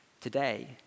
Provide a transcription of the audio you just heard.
today